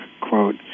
quote